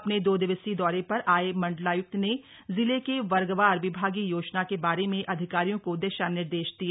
अपने दो दिवसीय दौरे पर आए मण्डलाय्क्त ने जिले के वर्गवार विभागीय योजना के बारे में अधिकारियों को दिशा निर्देश दिए